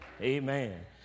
Amen